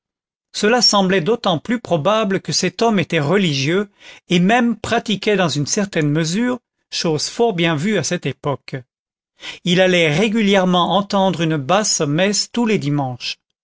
cela semblait d'autant plus probable que cet homme était religieux et même pratiquait dans une certaine mesure chose fort bien vue à cette époque il allait régulièrement entendre une basse messe tous les dimanches